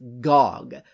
Gog